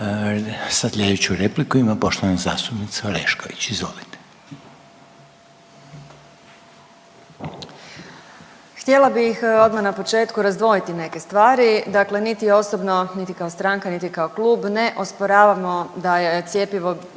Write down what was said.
Sad slijedeću repliku ima poštovana zastupnica Orešković, izvolite. **Orešković, Dalija (DOSIP)** Htjela bih odma na početku razdvojiti neke stvari, dakle niti osobno, niti kao stranka, niti kao klub ne osporavamo da je cjepivo